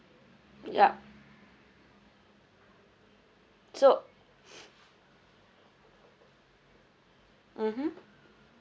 yup so mmhmm